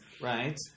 Right